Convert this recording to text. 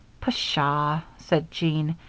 pshaw! said jean.